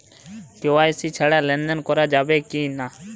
KYC ছাড়া লেনদেন করা যাবে কিনা?